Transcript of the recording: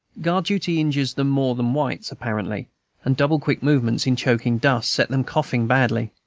guard-duty injures them more than whites, apparently and double-quick movements, in choking dust, set them coughing badly.